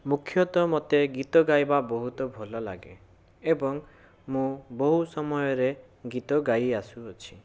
ମୁଖ୍ୟତଃ ମୋତେ ଗୀତ ଗାଇବା ବହୁତ ଭଲ ଲାଗେ ଏବଂ ମୁଁ ବହୁ ସମୟରେ ଗୀତ ଗାଇ ଆସୁଅଛି